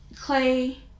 Clay